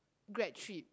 grad trip